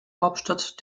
hauptstadt